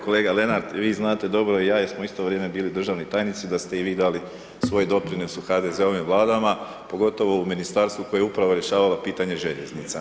Kolega Lenart vi znate dobro i ja jer smo u isto vrijeme bili državni tajnici da ste i vi dali svoj doprinos u HDZ-ovim Vladama pogotovo u ministarstvu koje je upravo rješavalo pitanje željeznica.